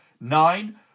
Nine